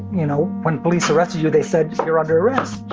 you know, when police arrested you, they said, you're under arrest.